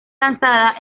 lanzada